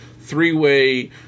three-way